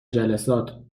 جلسات